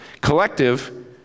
Collective